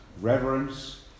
reverence